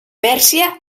pèrsia